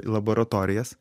į laboratorijas